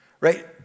Right